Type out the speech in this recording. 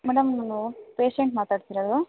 madam ನಾನು patient ಮಾತಾಡ್ತಿರೋದು